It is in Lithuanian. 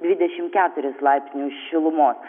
dvidešim keturis laipsnius šilumos